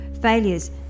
failures